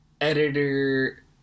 editor